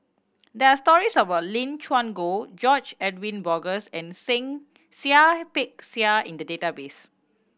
there are stories about Lim Chuan Poh George Edwin Bogaars and Seah Peck Seah in the database